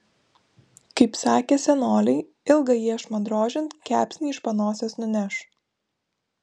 kaip sakė senoliai ilgą iešmą drožiant kepsnį iš panosės nuneš